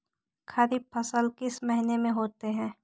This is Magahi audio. खरिफ फसल किस महीने में होते हैं?